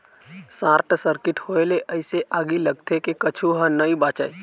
short circuit होए ले अइसे आगी लगथे के कुछू ह नइ बाचय